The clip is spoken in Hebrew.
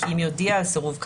וכי אם יודיע על סירוב כאמור,